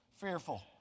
fearful